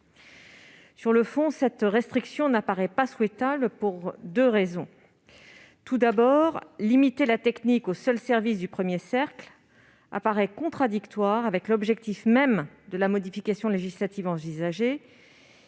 Sur le fond, cette restriction n'apparaît pas souhaitable, et ce pour deux raisons. D'une part, limiter la technique aux seuls services du premier cercle apparaît contradictoire avec l'objectif même de la modification législative envisagée,